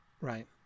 Right